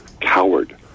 coward